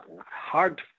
hard